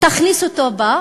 תכניס אותו לתוכה,